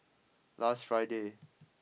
last Friday